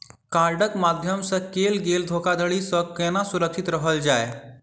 कार्डक माध्यम सँ कैल गेल धोखाधड़ी सँ केना सुरक्षित रहल जाए?